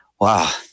wow